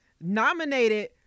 nominated